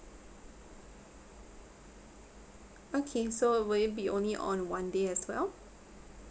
okay so will it be only on one day as well